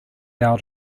out